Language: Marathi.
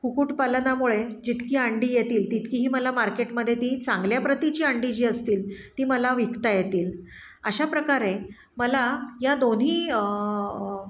कुकुटपालनामुळे जितकी अंडी येतील तितकीही मला मार्केटमध्ये ती चांगल्या प्रतीची अंडी जी असतील ती मला विकता येतील अशा प्रकारे मला या दोन्ही